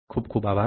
ખુબ ખુબ આભાર